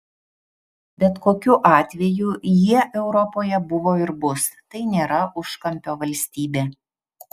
bet kokiu atveju jie europoje buvo ir bus tai nėra užkampio valstybė